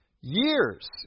Years